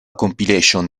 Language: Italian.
compilation